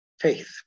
faith